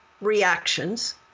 reactions